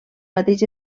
mateix